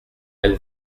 elle